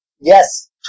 Yes